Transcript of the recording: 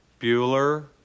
Bueller